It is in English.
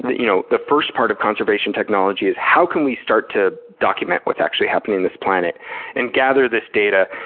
the you know the first part of conservation technology is, how can we start to document what's actually happening in this planet and gather this data,